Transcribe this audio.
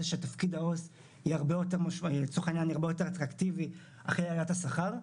זה שתפקיד העו"ס יהיה הרבה יותר אטרקטיבי אחרי עליית השכר.